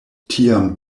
tiam